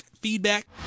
feedback